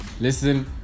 listen